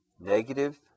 negative